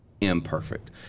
imperfect